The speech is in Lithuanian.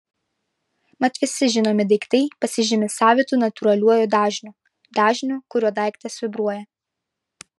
mat visi žinomi daiktai pasižymi savitu natūraliuoju dažniu dažniu kuriuo daiktas vibruoja